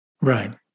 right